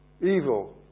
Evil